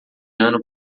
ano